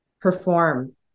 perform